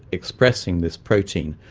expressing this protein,